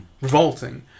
revolting